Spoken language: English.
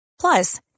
Plus